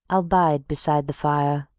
i'll bide beside the fire,